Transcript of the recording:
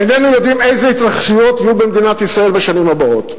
איננו יודעים איזה התרחשויות יהיו במדינת ישראל בשנים הבאות.